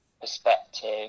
perspective